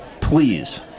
Please